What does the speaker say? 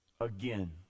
Again